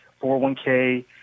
401K